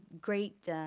great